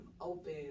open